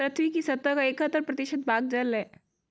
पृथ्वी की सतह का इकहत्तर प्रतिशत भाग जल है